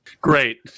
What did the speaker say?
Great